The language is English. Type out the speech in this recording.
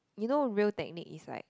you know Real Technique is right